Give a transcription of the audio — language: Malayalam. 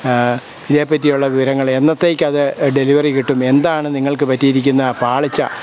ഇതിനെപ്പറ്റിയുള്ള വിവരങ്ങൾ എന്നത്തേക്കത് ഡെലിവറി കിട്ടും എന്താണ് നിങ്ങൾക്ക് പറ്റിയിരിക്കുന്ന പാളിച്ച